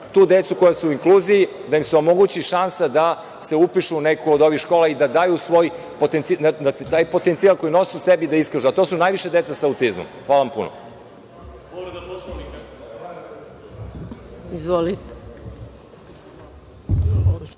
tu decu koja su u inkluziji, da im se omogući šansa da se upišu u neku od ovih škola i da daju svoj potencijal, da taj potencijal koji nose u sebi iskažu, a to su najviše deca sa autizmom. Hvala vam